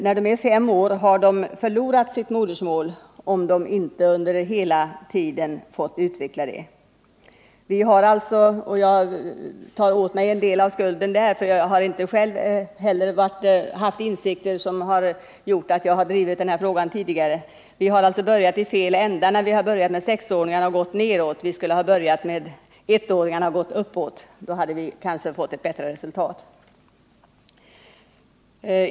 När de är fem år har de förlorat sitt modersmål, om de inte under hela tiden fått utveckla det. Vi har alltså börjat i fel ända när vi har börjat med sexåringarna och gått nedåt. Vi skulle ha börjat med ettåringarna och gått uppåt. Då hade vi kanske fått ett bättre resultat. Jag har själv inte tidigare insett hur viktigt detta är men så småningom kommit till insikt om det.